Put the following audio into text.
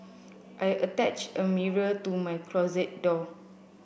I attached a mirror to my closet door